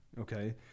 Okay